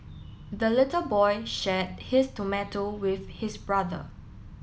the little boy share his tomato with his brother